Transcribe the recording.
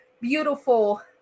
beautiful